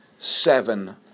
seven